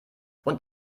und